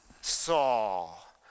Saul